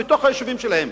בתוך היישובים שלהם.